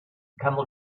camel